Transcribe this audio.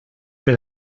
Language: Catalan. per